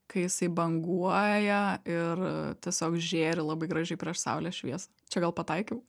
kai jisai banguoja ir tiesiog žėri labai gražiai prieš saulės šviesą čia gal pataikiau